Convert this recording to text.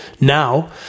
Now